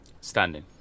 Standing